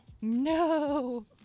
No